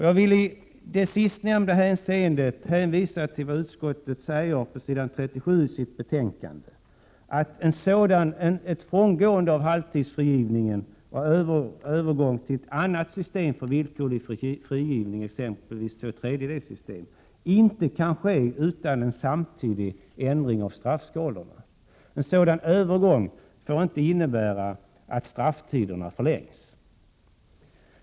Jag vill i sistnämnda hänseende hänvisa till utskottets uttalande på s. 37 i dess betänkande att en övergång från halvtidsfrigivning till ett annat system för villkorlig frigivning, exempelvis ett ”två tredjedels-system”, inte kan ske utan en samtidig ändring av straffskalorna. En sådan övergång får inte innebära att strafftiderna förlängs.